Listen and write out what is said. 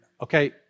Okay